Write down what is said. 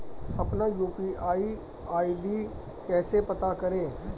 अपना UPI ID कैसे पता करें?